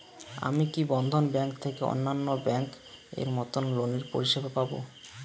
আমি কি বন্ধন ব্যাংক থেকে অন্যান্য ব্যাংক এর মতন লোনের পরিসেবা পাব?